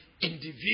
individual